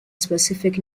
specific